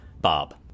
Bob